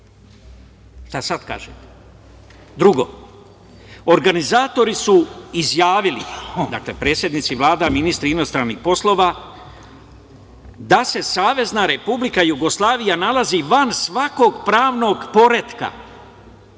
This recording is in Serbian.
Šta sada kažete? Drugo, organizatori su izjavili, dakle, predsednici Vlada, ministri inostranih poslova, da se SRJ nalazi van svakog pravnog poretka,